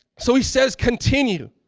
so he says continue.